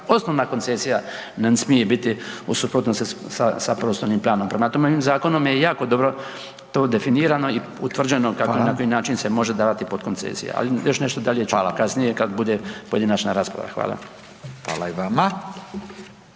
osnovna koncesija ne smije biti u suprotnosti sa prostornim planom. Prema tome, ovim zakonom je jako dobro to definirano i utvrđeno na koji način se može …/Upadica: Hvala./… na koji način se može davati potkoncesija, ali još nešto ću dalje kasnije kad bude pojedinačna rasprava. Hvala. **Radin,